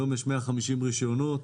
היום יש 150 רישיונות.